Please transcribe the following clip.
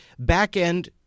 backend